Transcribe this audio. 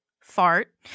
Fart